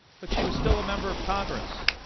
but she was still a member of congress.